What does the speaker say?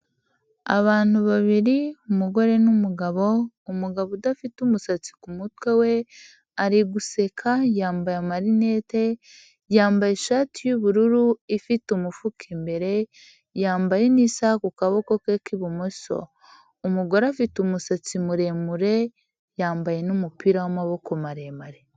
Abantu babiri umugore n'umugabo, umugabo udafite umusatsi ku mutwe we ari guseka, yambaye amarinete, yambaye ishati y'ubururu ifite umufuka imbere, yambaye n'isaha ku kaboko ke k'ibumoso, umugore afite umusatsi muremure yambayemupira w'amaboko maremare.